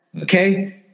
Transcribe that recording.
okay